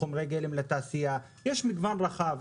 חומרי גלם לתעשייה, יש מגוון רחב.